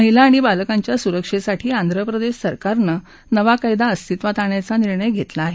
महिला आणि बालकांच्या सुरक्षेसाठी आंध्र प्रदेश सरकारनं नवा कायदा अस्तित्वात आणायचा निर्णय घेतला आहे